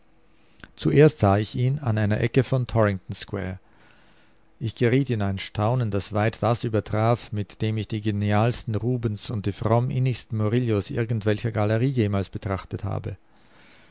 zuerst sah ich ihn an einer ecke von torrington square ich geriet in ein staunen das weit das übertraf mit dem ich die genialsten rubens und die fromm innigsten murillos irgendwelcher galerie jemals betrachtet habe